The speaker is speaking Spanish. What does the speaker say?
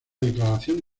declaración